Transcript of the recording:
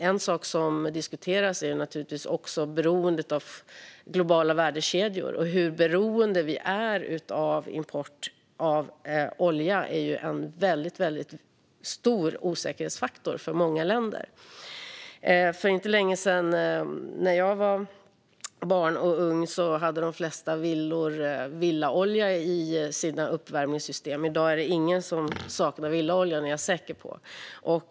En sak som diskuteras är naturligtvis beroendet av globala värdekedjor, och beroendet av olja är ju en väldigt stor osäkerhetsfaktor för många länder. När jag var barn och ung hade de flesta villor villaolja i sina uppvärmningssystem, och jag är säker på att ingen i dag saknar villaoljan.